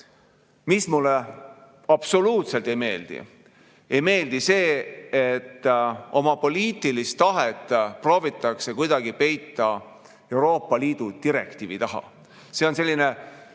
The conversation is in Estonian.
mis mulle absoluutselt ei meeldi, on see, et oma poliitilist tahet proovitakse kuidagi peita Euroopa Liidu direktiivi taha. See on selline